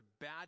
bad